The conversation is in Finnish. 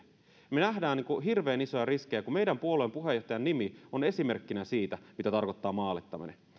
me näemme hirveän isoja riskejä kun meidän puolueemme puheenjohtajan nimi on esimerkkinä siitä mitä tarkoittaa maalittaminen